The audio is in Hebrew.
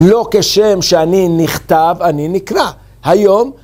לא כשם שאני נכתב, אני נקרא, היום.